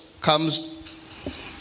comes